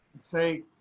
say